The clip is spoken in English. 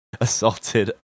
Assaulted